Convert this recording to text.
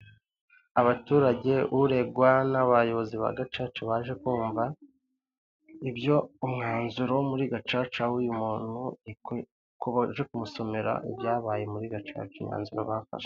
Abaturage, uregwa, n'abayobozi ba gacaca baje kumva ibyo umwanzuro wo muri gacaca w'uyu muntu baje kumusomera ibyabaye muri gacaca imyanzuro bafashwe.